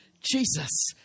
Jesus